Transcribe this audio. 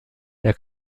der